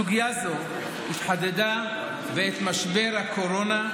סוגיה זו התחדדה בעת משבר הקורונה,